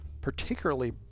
particularly